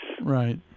right